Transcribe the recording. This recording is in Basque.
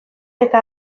eta